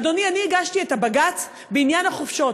אדוני, אני הגשתי את הבג"ץ בעניין החופשות.